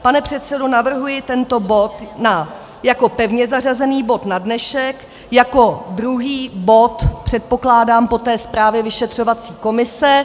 Pane předsedo, navrhuji tento bod jako pevně zařazený bod na dnešek jako druhý bod, předpokládám, po té zprávě vyšetřovací komise.